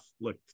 Look